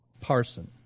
Parson